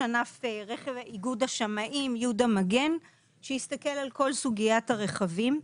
איגוד השמאים יהודה מגן שהסתכל על כל סוגיית הרכבים.